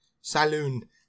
Saloon